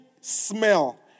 smell